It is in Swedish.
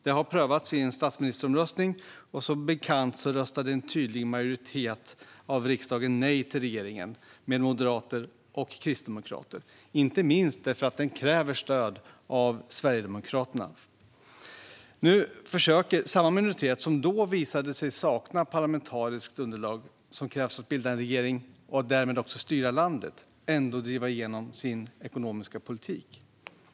Detta har prövats i en statsministeromröstning i riksdagen, där som bekant en tydlig majoritet röstade nej till en regering med moderater och kristdemokrater, inte minst därför att en sådan kräver stöd av Sverigedemokraterna. Nu försöker samma minoritet som då visade sig sakna det parlamentariska underlag som krävs för att bilda regering och därmed styra landet ändå driva igenom sin ekonomiska politik.